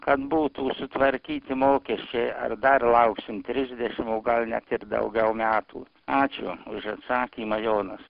kad būtų sutvarkyti mokesčiai ar dar lauksim trisdešim o gal net ir daugiau metų ačiū už atsakymą jonas